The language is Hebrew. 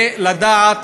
ולדעת